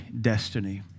destiny